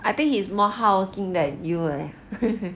I think he's more hardworking than you leh